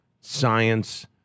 science